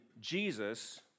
Jesus